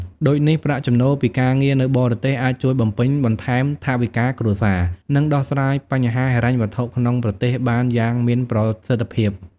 ដូចនេះ ប្រាក់ចំណូលពីការងារនៅបរទេសអាចជួយបំពេញបន្ថែមថវិកាគ្រួសារ និងដោះស្រាយបញ្ហាហិរញ្ញវត្ថុក្នុងប្រទេសបានយ៉ាងមានប្រសិទ្ធភាព។